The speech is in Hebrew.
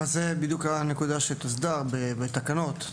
זוהי בדיוק הנקודה שתוסדר בתקנות.